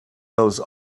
those